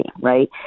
Right